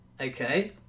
okay